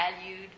valued